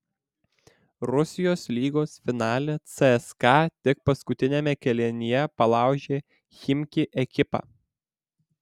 rusijos lygos finale cska tik paskutiniame kėlinyje palaužė chimki ekipą